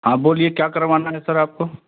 हाँ बोलिए क्या करवाना है सर आपको